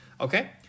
Okay